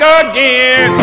again